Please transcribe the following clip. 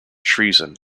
treason